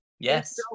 Yes